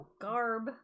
garb